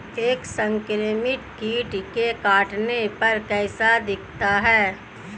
एक संक्रमित कीट के काटने पर कैसा दिखता है?